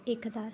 ایک ہزار